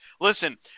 Listen